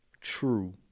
true